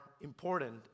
important